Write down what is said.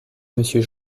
monsieur